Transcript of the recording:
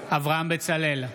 אברהם בצלאל,